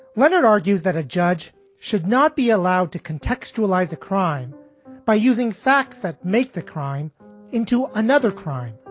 leonard argues that a judge should not be allowed to contextualize a crime by using facts that make the crime into another crime.